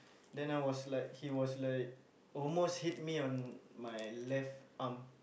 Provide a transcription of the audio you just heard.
then I was like he was like almost hit me on my left arm